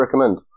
recommend